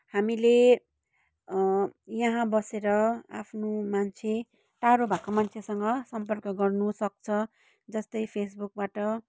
हामीले यहाँ बसेर आफ्नो मान्छे टाढो भएको मान्छेसँग सम्पर्क गर्नुसक्छ जस्तै फेसबुकबाट